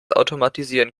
automatisieren